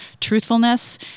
truthfulness